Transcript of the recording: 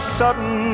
sudden